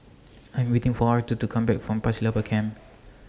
I'm waiting For Arther to Come Back from Pasir Laba Camp